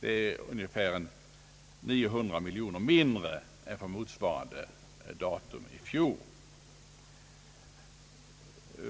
Det är ungefär 900 miljoner kronor mindre än vid motsvarande datum i fjol.